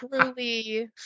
truly